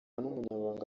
n’umunyamabanga